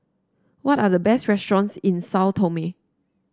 what are the best restaurants in Sao Tome